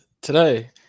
today